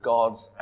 God's